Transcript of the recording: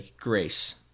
grace